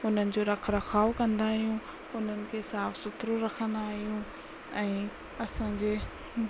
उन्हनि जो रख रखाव कंदा आहियूं उन्हनि खे साफ़ सुथिरो रखंदा आहियूं ऐं असांजे